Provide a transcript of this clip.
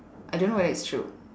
I don't know whether it's true